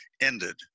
ended